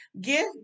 Give